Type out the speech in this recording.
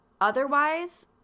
otherwise